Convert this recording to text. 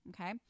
Okay